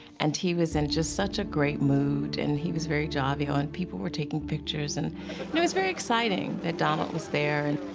and he was in just such a great mood, and he was very jovial, and people were taking pictures. and it was very exciting that donald was there. and